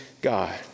God